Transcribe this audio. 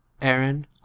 aaron